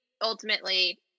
ultimately